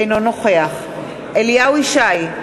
אינו נוכח אליהו ישי,